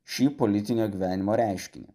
šį politinio gyvenimo reiškinį